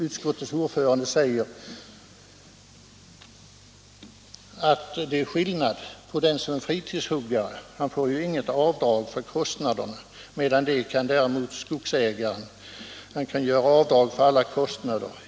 Utskottets ordförande säger att här finns en skillnad: fritidshuggaren får inget avdrag för sina kostnader, medan skogsägaren kan göra avdrag för alla kostnader.